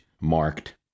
marked